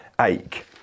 ache